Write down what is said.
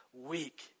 weak